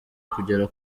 kugera